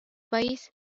país